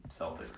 Celtics